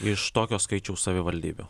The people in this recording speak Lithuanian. iš tokio skaičiaus savivaldybių